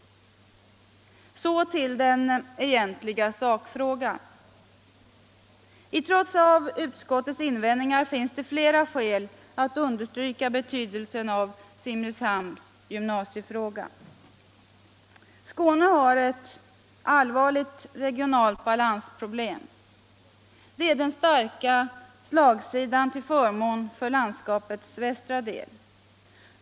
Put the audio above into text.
Så till den egentliga sakfrågan. I trots av utskottets invändningar finns det flera skäl att understryka betydelsen av Simrishamns gymnasiefråga. Skåne har ett allvarligt regionalt balansproblem. Det är den starka slagsidan till förmån för landskapets västra del.